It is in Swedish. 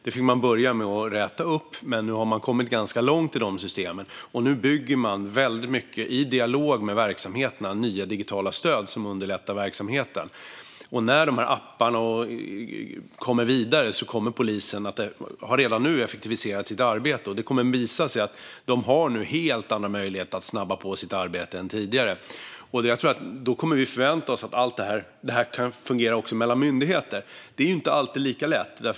Man fick börja att räta upp det och har nu kommit ganska långt i arbetet med systemen. I dialog med verksamheterna bygger man nu digitala stöd som underlättar verksamheten. När apparna kommer vidare kommer polisen att kunna effektivisera sitt arbete och har också redan gjort det. Det kommer att visa sig att de har helt andra möjligheter att snabba på sitt arbete än tidigare. Det kommer att finnas en förväntan på att allt detta också kommer att fungera mellan myndigheter. Men det är inte alltid lika lätt.